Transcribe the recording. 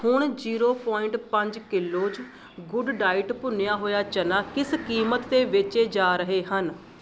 ਹੁਣ zero point ਪੰਜ kilos good diet ਭੁੰਨਿਆ ਹੋਇਆ ਚਨਾ ਕਿਸ ਕੀਮਤ 'ਤੇ ਵੇਚੇ ਜਾ ਰਹੇ ਹਨ